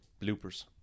Bloopers